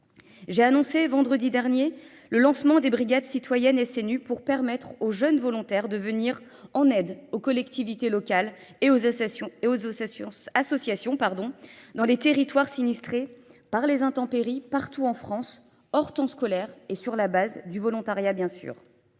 J'ai annoncé vendredi dernier le lancement des brigades citoyennes SNU pour permettre aux jeunes volontaires de venir en aide aux collectivités locales et aux associations dans les territoires sinistrés par les intempéries partout en France hors temps scolaire et sur la base du volontariat bien sûr.